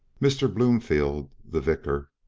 mr. blomefield, the vicar,